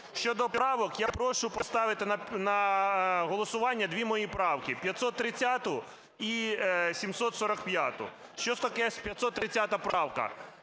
Щодо правок, я прошу поставити на голосування дві мої правки: 530-у і 745-у. Що таке 530 правка?